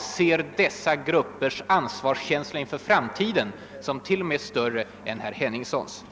finner tvärtom deras ansvarskänsla inför framtiden vara större än herr Henningssons.